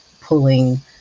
pulling